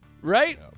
right